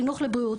חינוך לבריאות,